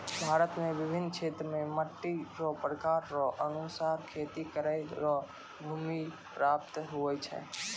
भारत मे बिभिन्न क्षेत्र मे मट्टी रो प्रकार रो अनुसार खेती करै रो भूमी प्रयाप्त हुवै छै